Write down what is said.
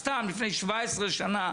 סתם לפני 17 שנה,